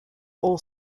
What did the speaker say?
all